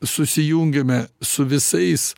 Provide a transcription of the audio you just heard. susijungiame su visais